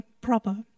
proper